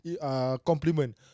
compliment